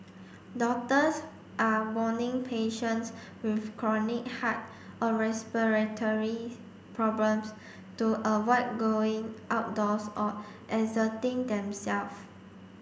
doctors are warning patients with chronic heart or respiratory problems to avoid going outdoors or exerting themselves